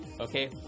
okay